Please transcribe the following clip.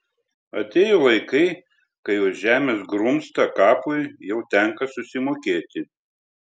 atėjo laikai kai už žemės grumstą kapui jau tenka susimokėti